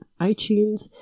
itunes